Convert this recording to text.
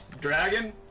Dragon